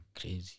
crazy